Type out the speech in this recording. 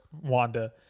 Wanda